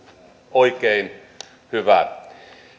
oikein hyvä